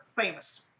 famous